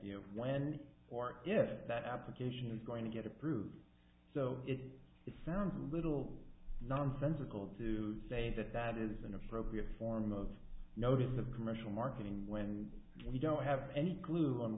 idea when or if that application is going to get approved so it sounds a little nonsensical to say that that is an appropriate form of notice of commercial marketing when you don't have any clue on